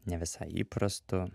ne visai įprastu